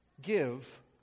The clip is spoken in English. Give